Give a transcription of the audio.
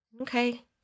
okay